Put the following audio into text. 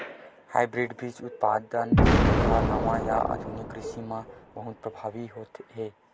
hybrid बीज उत्पादन हा नवा या आधुनिक कृषि मा बहुत प्रभावी हे